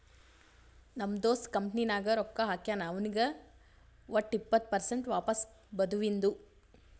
ನಮ್ ದೋಸ್ತ ಕಂಪನಿ ನಾಗ್ ರೊಕ್ಕಾ ಹಾಕ್ಯಾನ್ ಅವ್ನಿಗ್ ವಟ್ ಇಪ್ಪತ್ ಪರ್ಸೆಂಟ್ ವಾಪಸ್ ಬದುವಿಂದು